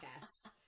guest